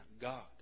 God